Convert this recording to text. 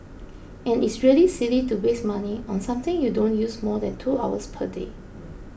and it's really silly to waste money on something you don't use more than two hours per day